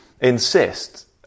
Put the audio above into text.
insist